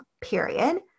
period